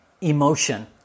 emotion